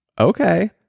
Okay